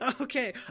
Okay